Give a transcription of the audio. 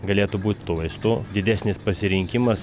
galėtų būt tų vaistų didesnis pasirinkimas